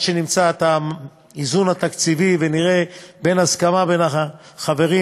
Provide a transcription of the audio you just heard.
שנמצא את האיזון התקציבי ונראה הסכמה בין החברים,